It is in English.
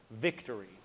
victory